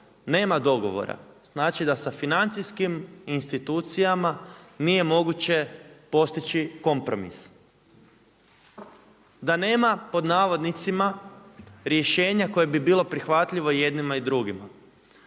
nema dogovora, znači da sa financijskim institucijama nije moguće postići kompromis. Da nema pod navodnicima rješenja koje bi bilo prihvatljivo i jednima i drugima.